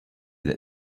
that